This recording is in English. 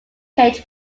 kate